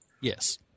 Yes